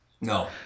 No